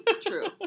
True